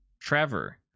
Trevor